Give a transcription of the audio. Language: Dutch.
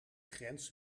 grens